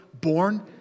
born